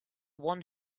one